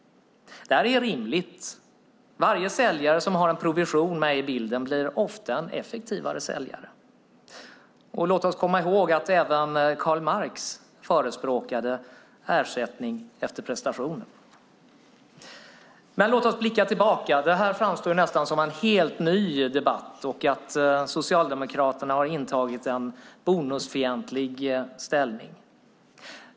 Det är rimligt. Säljare som har en provision med i bilden blir ofta en effektivare säljare. Låt oss komma ihåg att även Karl Marx förespråkade ersättning efter prestation. Låt oss blicka tillbaka. Detta framstår nästan som en helt ny debatt där Socialdemokraterna har intagit en bonusfientlig ställning.